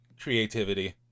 creativity